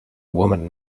women